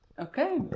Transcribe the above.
Okay